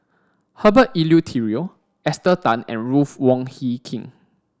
Herbert Eleuterio Esther Tan and Ruth Wong Hie King